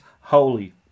holy